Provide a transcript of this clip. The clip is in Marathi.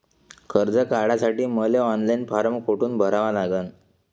कर्ज काढासाठी मले ऑनलाईन फारम कोठून भरावा लागन?